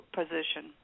position